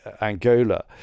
Angola